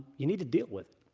you need to deal with.